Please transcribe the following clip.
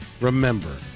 remember